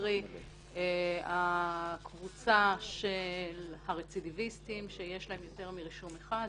קרי הקבוצה של הרצידיביסטים שיש להם יותר מרישום אחד,